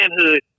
manhood